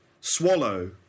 swallow